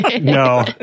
No